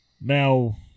Now